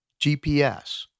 GPS